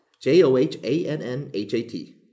j-o-h-a-n-n-h-a-t